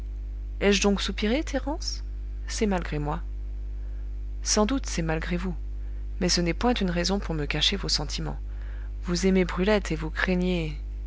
donc soupiré thérence c'est malgré moi sans doute c'est malgré vous mais ce n'est point une raison pour me cacher vos sentiments vous aimez brulette et vous craignez